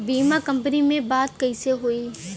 बीमा कंपनी में बात कइसे होई?